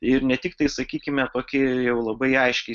ir ne tiktai sakykime tokie jau labai aiškiai